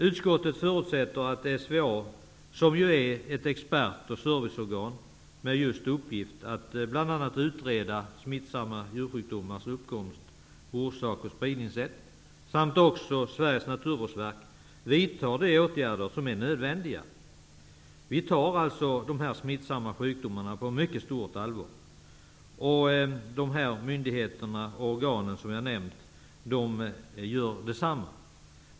Utskottet förutsätter att SVA -- som ju är ett expert och serviceorgan med uppgift att bl.a. utreda smittsamma djursjukdomars uppkomst, orsak och spridningssätt -- och Statens naturvårdsverk vidtar de åtgärder som är nödvändiga. Vi tar alltså de smittsamma sjukdomarna på mycket stort allvar. Det gör också de myndigheter och organ som jag nämnt.